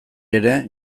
ere